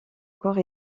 corps